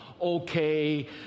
okay